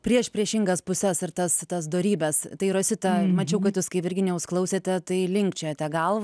priešpriešingas puses ir tas tas dorybes tai rosita mačiau kad kai jūs kai virginijaus klausėte tai linkčiojote galvą